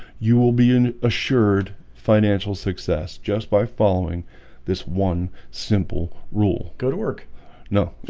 you will be an assured financial success just by following this one simple rule go to work no